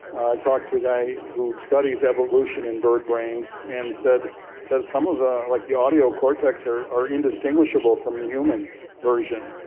i talked to a guy who studies evolution in bird brains and said said some of the, like the audio cortex are are indistinguishable from the human version.